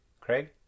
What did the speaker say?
Craig